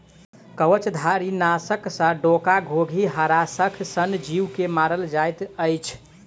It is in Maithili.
कवचधारीनाशक सॅ डोका, घोंघी, हराशंख सन जीव के मारल जाइत अछि